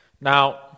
Now